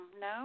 No